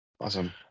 Awesome